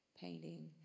painting